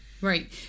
right